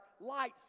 light